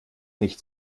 nicht